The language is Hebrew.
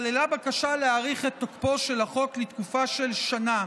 כללה בקשה להאריך את תוקפו של החוק לתקופה של שנה,